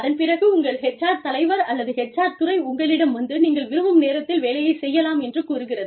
அதன் பிறகு உங்கள் HR தலைவர் அல்லது HR துறை உங்களிடம் வந்து நீங்கள் விரும்பும் நேரத்தில் வேலையைச் செய்யலாம் என்று கூறுகிறது